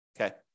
okay